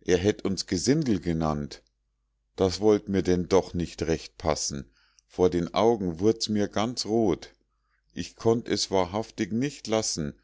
er hätt uns gesindel genannt das wollt mir denn doch nicht recht passen vor den augen wurd's mir ganz rot ich konnt es wahrhaftig nicht lassen